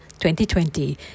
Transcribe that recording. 2020